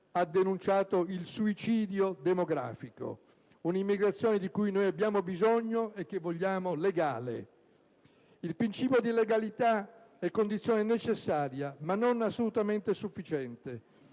ha denunciato il suicidio demografico. Un'immigrazione di cui noi abbiamo bisogno e che vogliamo legale. Il principio di legalità è condizione necessaria, ma assolutamente non sufficiente.